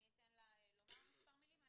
אני אתן לה לומר מספר מילים.